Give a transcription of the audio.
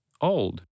old